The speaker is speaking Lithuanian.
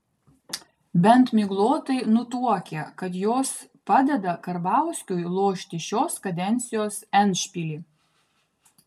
bent miglotai nutuokia kad jos padeda karbauskiui lošti šios kadencijos endšpilį